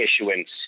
issuance